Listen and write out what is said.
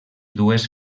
dues